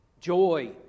Joy